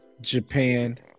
Japan